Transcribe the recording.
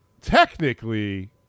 technically